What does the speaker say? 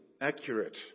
accurate